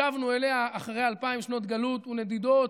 שבנו אליה אחרי אלפיים שנות גלות ונדידות,